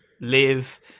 live